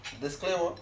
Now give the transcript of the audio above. disclaimer